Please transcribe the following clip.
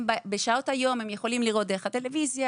בשעות היום הם יכולים לראות דרך הטלוויזיה,